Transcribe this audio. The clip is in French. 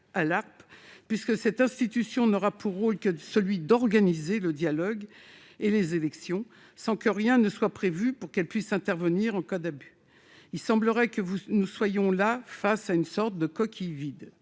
à l'ARPE, puisque cette institution n'aura pour mission que d'organiser le dialogue et les élections sans que rien soit prévu pour qu'elle puisse intervenir en cas d'abus. Il semblerait que nous soyons ainsi devant une sorte de coquille vide.